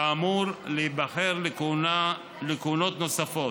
כאמור, להיבחר לכהונות נוספות.